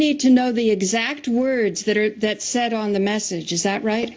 need to know the exact words that are that said on the message is that right